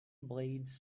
blades